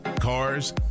cars